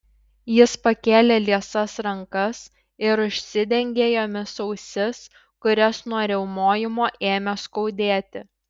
jis pakėlė liesas rankas ir užsidengė jomis ausis kurias nuo riaumojimo ėmė skaudėti